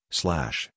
slash